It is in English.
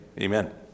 Amen